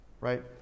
Right